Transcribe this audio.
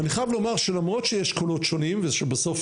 אני חייב לומר שלמרות שיש קולות שונים ושבסוף